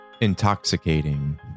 Intoxicating